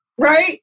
Right